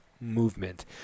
movement